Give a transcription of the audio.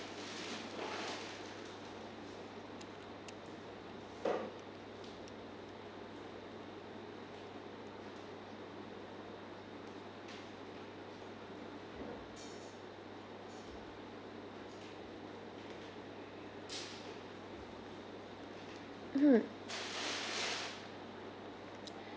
mmhmm